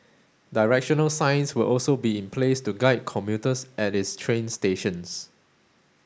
directional signs will also be in place to guide commuters at its train stations